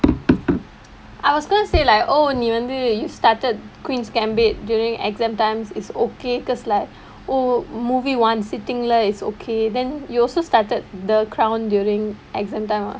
I was going to say like oh நீ வந்து:nee vanthu you started queen's gambit during exam times is okay because like oh movie [one] sitting leh it's okay then you also started the crown during exam time ah